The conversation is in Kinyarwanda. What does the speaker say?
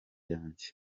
yanjye